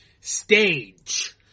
stage